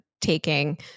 taking